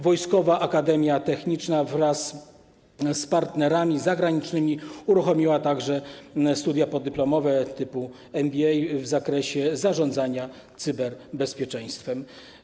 Wojskowa Akademia Techniczna wraz z partnerami zagranicznymi uruchomiła także studia podyplomowe typu MBA w zakresie zarządzania cyberbezpieczeństwem.